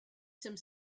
some